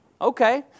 Okay